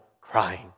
crying